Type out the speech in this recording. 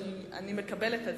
זה אומנם יכניס למשק,